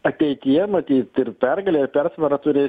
ateityje matyt ir pergalę ir persvarą turės